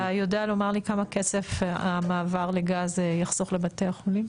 אתה יודע לומר לי כמה כסף המעבר לגז יחסוך לבתי החולים?